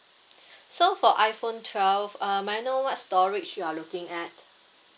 so for iphone twelve um may I know what storage you're looking at